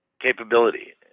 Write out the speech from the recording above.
capability